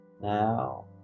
now